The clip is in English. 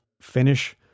finish